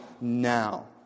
now